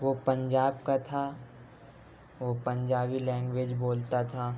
وہ پنجاب کا تھا وہ پنجابی لینگویج بولتا تھا